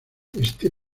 este